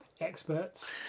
experts